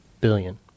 Billion